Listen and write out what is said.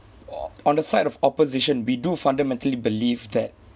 o~ on the side of opposition we do fundamentally believe that